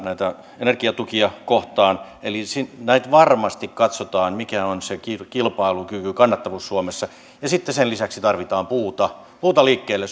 näitä energiatukia kohtaan eli sitä varmasti katsotaan mikä on se kilpailukyky kannattavuus suomessa ja sitten sen lisäksi tarvitaan puuta liikkeelle